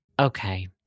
okay